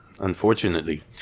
unfortunately